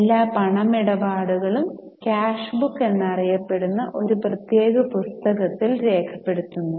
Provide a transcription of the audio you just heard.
എല്ലാ പണമിടപാടുകളും cash book എന്നറിയപ്പെടുന്ന ഒരു പ്രത്യേക പുസ്തകത്തിൽ രേഖപ്പെടുത്തുന്നു